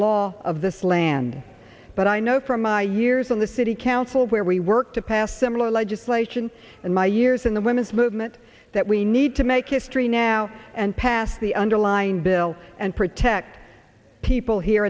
law of this land but i know from my years in the city council where we work to pass similar legislation in my years in the women's movement that we need to make history now and pass the underlying bill and protect people here